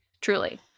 truly